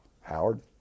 Howard